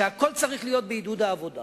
שהכול צריך להיות לעידוד העבודה